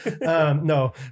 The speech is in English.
no